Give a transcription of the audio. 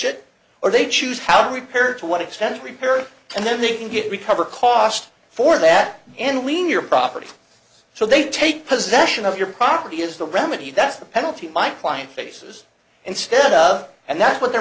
it or they choose how repaired to what extent it repaired and then they can get recover costs for that and leave your property so they take possession of your property is the remedy that's the penalty my client faces instead and that's what they're